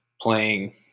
playing